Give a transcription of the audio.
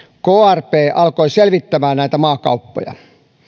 krp alkoi selvittämään näitä maakauppoja